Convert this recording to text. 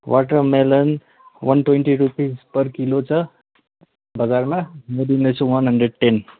watermelon one twenty rupees per kilo छ बजारमा म दिँदैछु वान हान्ड्रेड टेन